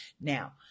Now